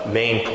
main